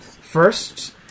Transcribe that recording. First